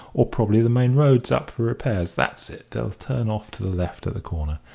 or probably the main road's up for repairs. that's it they'll turn off to the left at the corner.